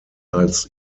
als